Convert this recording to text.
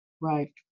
right